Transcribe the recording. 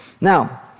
Now